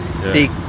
big